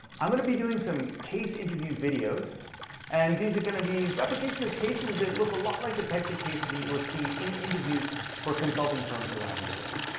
i'm going to be doing some case interview videos and these are going to be replications of cases that look a lot like the types of cases that you will see in interviews for consulting firms around the world.